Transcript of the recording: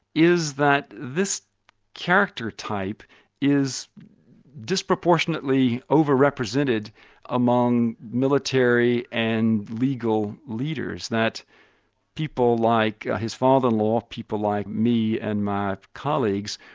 is that this character type is disproportionately over-represented among military and legal leaders, that people like his father-in-law, people like me and my colleagues,